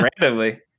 randomly